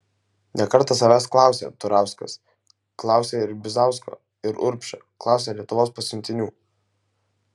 ne kartą savęs klausė turauskas klausė ir bizausko ir urbšio klausė lietuvos pasiuntinių